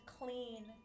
clean